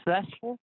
successful